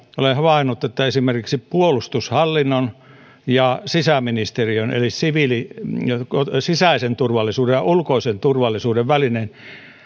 olen havainnut että esimerkiksi puolustushallinnon ja sisäministeriön eli sisäisen turvallisuuden ja ulkoisen turvallisuuden välinen